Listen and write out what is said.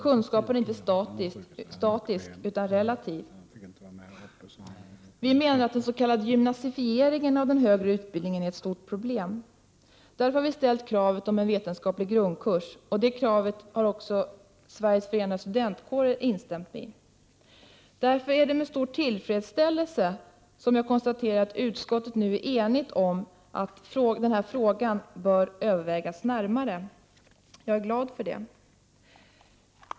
Kunskap är inte statisk, utan den är relativ. Vi menar att den s.k. gymnasifieringen av den högre utbildningen är ett stort problem. Vi har därför ställt kravet om införandet av en vetenskaplig grundkurs. Det kravet har också Sveriges förenade studentkårer instämt i. Det är därför med stor tillfredsställelse jag konstaterar att utskottet nu är enigt om att denna fråga bör övervägas närmare. Jag är glad över detta.